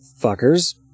fuckers